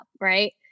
right